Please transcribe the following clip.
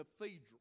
Cathedral